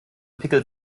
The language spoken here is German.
pickel